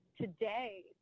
today